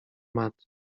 matt